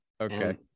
Okay